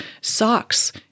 socks